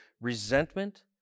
resentment